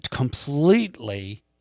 completely